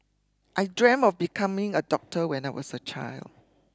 I dreamt of becoming a doctor when I was a child